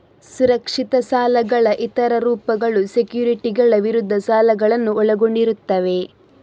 ಸುರಕ್ಷಿತ ಸಾಲಗಳ ಇತರ ರೂಪಗಳು ಸೆಕ್ಯುರಿಟಿಗಳ ವಿರುದ್ಧ ಸಾಲಗಳನ್ನು ಒಳಗೊಂಡಿರುತ್ತವೆ